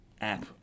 app